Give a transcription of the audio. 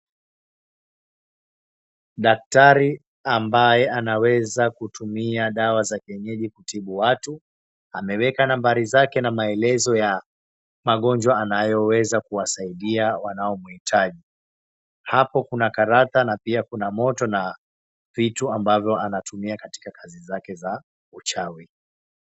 Daktari ambaye anaweza kutumia dawa za kienyeji kutibu watu,p ameweka nambari zake na maelezo ya magonjwa anayoweza kuwasaidia wanaomuitaji, hapo kuna karata na pia kuna moto na vitu ambavyo anatumia katika kazi yake ya uchawi.